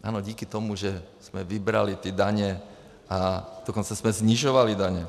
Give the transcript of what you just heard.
Ano, díky tomu, že jsme vybrali ty daně, a dokonce jsme snižovali daně.